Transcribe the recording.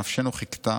"נפשנו חיכתה",